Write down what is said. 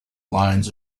lines